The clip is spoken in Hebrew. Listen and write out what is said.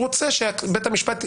אני חושב שמרבית הממשק של